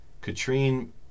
Katrine